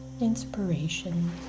inspiration